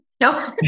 No